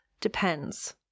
depends